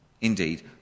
Indeed